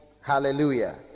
hallelujah